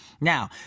Now